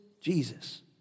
Jesus